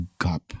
gap